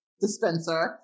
dispenser